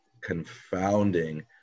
confounding